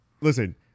listen